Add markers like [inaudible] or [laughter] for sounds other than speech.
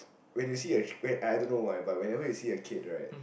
when you see a [noise] wait I I don't know why but whenever you see a kid right